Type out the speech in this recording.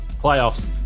playoffs